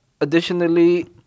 Additionally